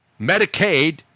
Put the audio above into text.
Medicaid